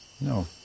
No